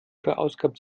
verausgabt